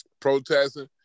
protesting